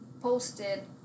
posted